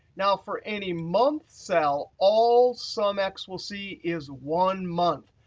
now for any month cell, all sumx will see is one month.